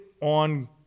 on